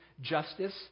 justice